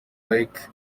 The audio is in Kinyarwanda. like